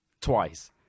twice